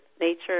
nature